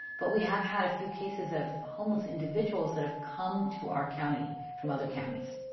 but we have had a few cases of homeless individuals that have come to our county from other counties.